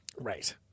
Right